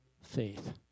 faith